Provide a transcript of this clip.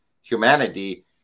humanity